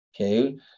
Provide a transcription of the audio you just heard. okay